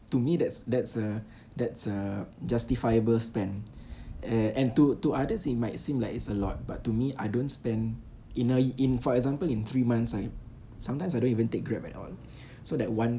to me that's that's a that's a justifiable spend uh and to to others it might seem like it's a lot but to me I don't spend in a in for example in three months I sometimes I don't even take Grab at all so that one